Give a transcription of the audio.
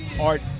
art